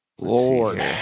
Lord